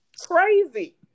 crazy